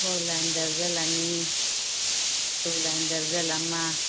four line ꯗꯔꯖꯜ ꯑꯅꯤ two line ꯗꯔꯖꯜ ꯑꯃ